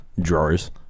Drawers